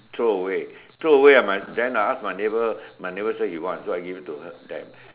throw away throw away I might then I ask my neighbour my neighbour say he want so I give it to her them